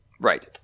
Right